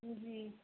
जी